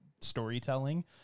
storytelling